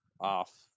off